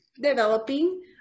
developing